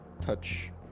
touch